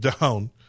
down